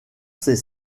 ces